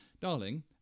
darling